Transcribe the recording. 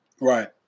Right